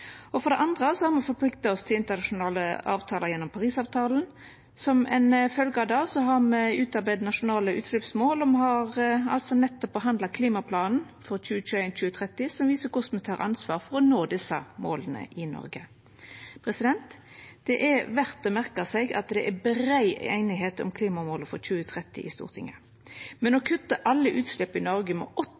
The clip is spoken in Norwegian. forplikta oss internasjonalt gjennom Parisavtalen. Som ei følgje av det har me utarbeidd nasjonale utsleppsmål, og me har altså nettopp behandla Klimaplan for 2021–2030, som viser korleis me tar ansvar for å nå desse måla i Noreg. Det er verd å merka seg at det er brei einigheit om klimamåla for 2030 i Stortinget, men å kutta alle utslepp i Noreg med